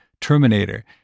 Terminator